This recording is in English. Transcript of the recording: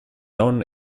non